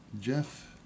Jeff